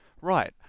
Right